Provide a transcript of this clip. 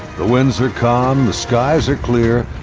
the winds are calm, the skies are clear,